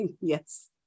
yes